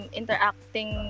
interacting